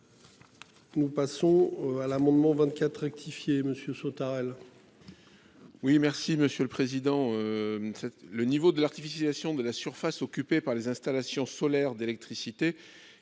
Nous passons à l'amendement 24 rectifié monsieur Sautarel.